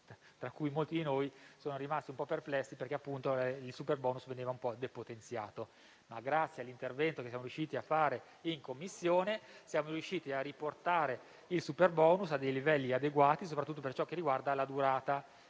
tra cui molti di noi, sono rimasti perplessi perché il superbonus veniva un po' depotenziato, ma grazie all'intervento che siamo riusciti a fare in Commissione lo abbiamo riportato a livelli adeguati, soprattutto per ciò che riguarda la durata.